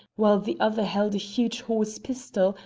while the other held a huge horse-pistol,